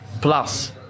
plus